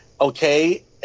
okay